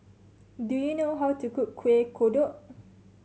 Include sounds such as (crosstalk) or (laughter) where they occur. do you know how to cook Kueh Kodok (noise)